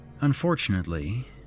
Unfortunately